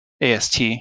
AST